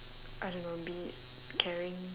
I don't know be caring